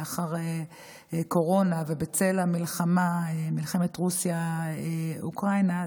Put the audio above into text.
לאחר הקורונה ובצל מלחמת רוסיה אוקראינה,